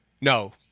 no